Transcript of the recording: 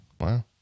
Wow